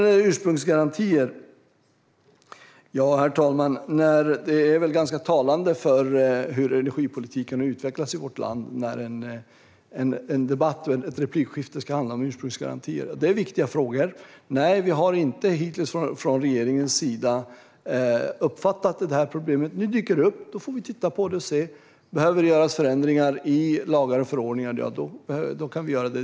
När det gäller ursprungsgarantier är det ganska talande för hur energipolitiken har utvecklats i vårt land när en debatt och ett replikskifte ska handla om just detta. Men det är viktiga frågor. Och nej, vi har inte hittills från regeringens sida uppfattat problemet. Nu dyker det upp, och då får vi titta på det och se om det behöver göras förändringar i lagar och förordningar. I så fall kan vi göra det.